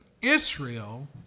Israel